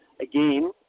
Again